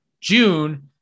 June